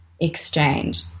exchange